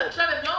ועכשיו הם לא,